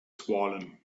swollen